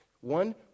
one